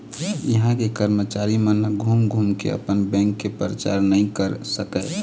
इहां के करमचारी मन घूम घूम के अपन बेंक के परचार नइ कर सकय